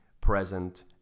present